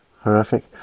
horrific